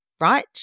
right